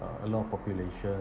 uh a lot of population